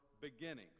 Beginnings